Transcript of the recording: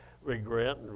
regret